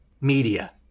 media